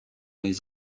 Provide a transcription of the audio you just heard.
les